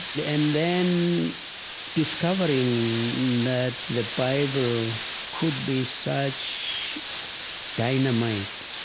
then then discovering that the bible could be such dynamite.